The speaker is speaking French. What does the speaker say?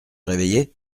réveillé